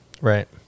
Right